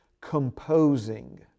composing